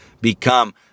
become